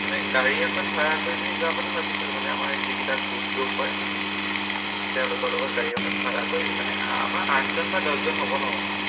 মানে গাড়ী এখন ভাড়া কৰি পিনি যোৱাৰ কথা ভাবিছিলোঁ মানে আমাৰ যিগিটা গ্ৰুপ গ্ৰুপ হয় তেওঁলোকৰ লগত গাড়ী এখন ভাড়া কৰি মানে আমাৰ আঠজন বা দহজন হ'ব ন